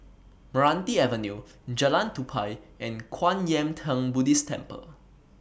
Meranti Avenue Jalan Tupai and Kwan Yam Theng Buddhist Temple